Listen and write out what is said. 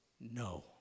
no